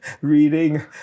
reading